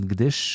Gdyż